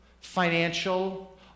financial